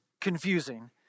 confusing